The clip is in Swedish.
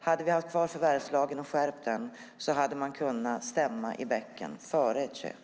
Hade vi haft kvar förvärvslagen och skärpt den hade man kunnat stämma i bäcken före ett köp.